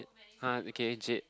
uh okay Jay